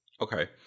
okay